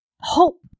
hope